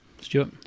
Stuart